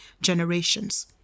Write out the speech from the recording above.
generations